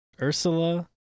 Ursula